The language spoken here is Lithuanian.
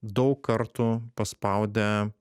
daug kartų paspaudė